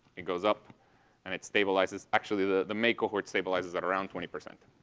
it goes up and it stabilizes. actually, the the may cohort stabilizes at around twenty percent,